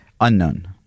Unknown